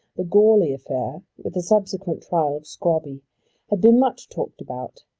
the goarly affair with the subsequent trial of scrobby had been much talked about,